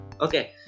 okay